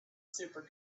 super